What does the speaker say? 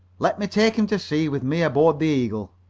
let me take him to sea with me aboard the eagle.